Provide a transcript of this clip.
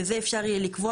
וזה אפשר יהיה לקבוע